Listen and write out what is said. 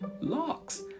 LOCKS